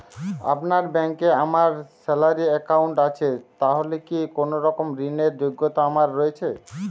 আপনার ব্যাংকে আমার স্যালারি অ্যাকাউন্ট আছে তাহলে কি কোনরকম ঋণ র যোগ্যতা আমার রয়েছে?